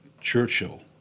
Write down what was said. Churchill